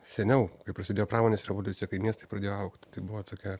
seniau kai prasidėjo pramonės revoliucija kai miestai pradėjo augt tai buvo tokia